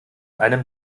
einem